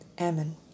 Amen